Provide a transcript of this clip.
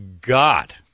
God